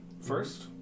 First